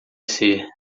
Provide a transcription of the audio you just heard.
ser